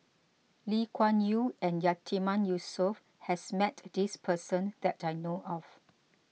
Lee Kuan Yew and Yatiman Yusof has met this person that I know of